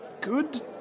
good